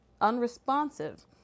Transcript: unresponsive